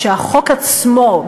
שהחוק עצמו,